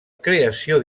creació